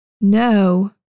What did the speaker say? No